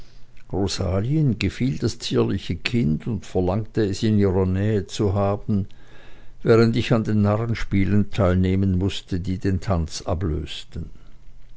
rosalien gefiel das zierliche kind und verlangte es in ihrer nähe zu haben während ich an den narrenspielen teilnehmen mußte die den tanz jetzt ablösten